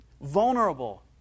vulnerable